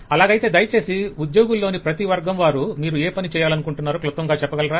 అలాగైతే దయచేసి ఉద్యోగుల్లోని ప్రతి వర్గం వారు మీరు ఏ ఏ పని చెయ్యాలనుకుంటున్నారో క్లుప్తంగా చెప్పగలరా